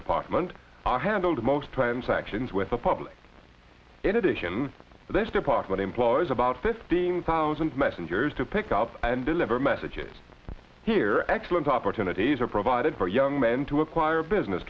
department i handled most transactions with the public in addition this department employs about fifteen thousand messengers to pick up and deliver messages here excellent opportunities are provided for young men to acquire business